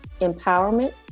empowerment